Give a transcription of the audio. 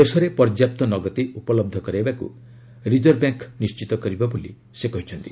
ଦେଶରେ ପର୍ଯ୍ୟାପ୍ତ ନଗଦି ଉପଲହ୍ଧ କରାଇବାକୁ ରିଜର୍ଭ ବ୍ୟାଙ୍କ୍ ନିଣ୍ଟିତ କରିବ ବୋଲି ସେ କହିଛନ୍ତି